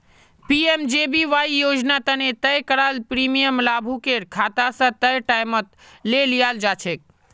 PMJBY योजना तने तय कराल प्रीमियम लाभुकेर खाता स तय टाइमत ले लियाल जाछेक